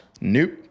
Nope